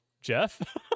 Jeff